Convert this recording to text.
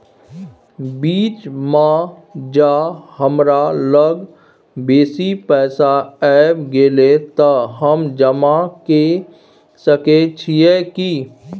बीच म ज हमरा लग बेसी पैसा ऐब गेले त हम जमा के सके छिए की?